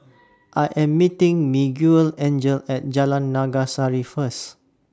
I Am meeting Miguelangel At Jalan Naga Sari First